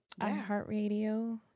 iHeartRadio